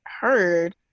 heard